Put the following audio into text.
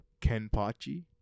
Kenpachi